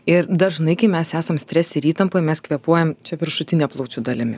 ir dažnai kai mes esam strese ir įtampoj mes kvėpuojame čia viršutine plaučių dalimi